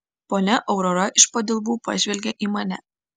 ponia aurora iš padilbų pažvelgė į mane